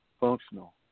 functional